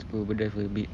scuba dive a bit